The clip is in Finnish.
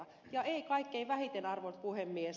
ja ei kaikkien vähiten arvoisa puhemies